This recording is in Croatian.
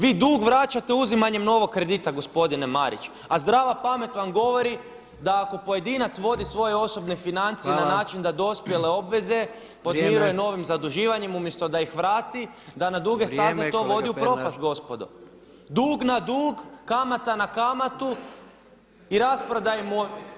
Vi dug vraćate uzimanjem novog kredita gospodine Mariću, a zdrava pamet vam govori da ako pojedinac vodi svoje osobne financije na način da dospjele [[Upadica: Gordan Jandroković: Vrijeme.]] obveze podmire novim zaduživanjem umjesto da ih vrati da na duge stazi vodi u propast gospodo [[Upadica: Gordan Jandroković: Vrijeme.]] Dug na dug, kamata na kamatu i rasprodaja imovine.